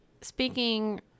speaking